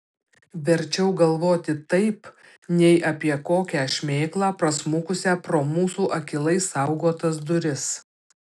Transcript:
verčiau galvoti taip nei apie kokią šmėklą prasmukusią pro mūsų akylai saugotas duris